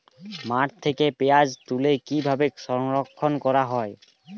মাঠ থেকে পেঁয়াজ তুলে কিভাবে সংরক্ষণ করা হয়?